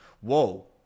Whoa